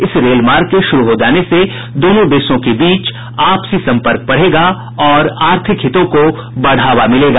इस रेल मार्ग के शुरू हो जाने से दोनों देशों के बीच आपसी सम्पर्क बढ़ेगा और आर्थिक हितों को बढ़ावा मिलेगा